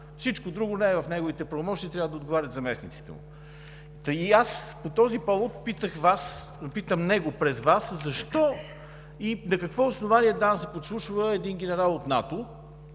Всичко друго не е в неговите правомощия и трябва да отговарят заместниците му. И аз по този повод питам него през Вас: защо и на какво основание ДАНС подслушва един генерал от НАТО,